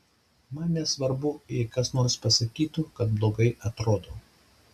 man nesvarbu jei kas nors pasakytų kad blogai atrodau